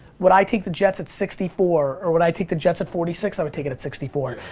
would i take the jets at sixty four or would i take the jets at forty six? i would take it at sixty four.